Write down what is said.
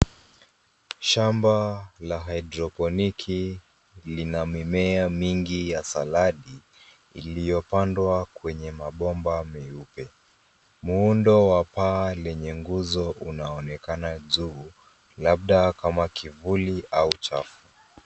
Shamba la hydroponiki ina mimea mingi ya saladi iliyopandwa kwa mabomba meupe. Muundo wa paa lenye nguzo unaonekana juu labda kama kivuli au uchafu.